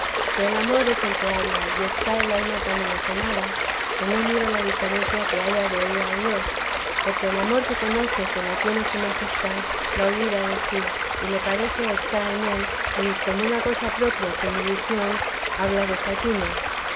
que el amor es el que habla y está el alma tan enajenada que no miro la diferencia que hay della a dios porque el amor que conoce que la tiene su majestad la olvida de sí y le parece está en él y como una cosa propia sin división habla desatinos